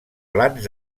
plans